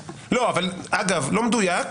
אגב, לא מדויק.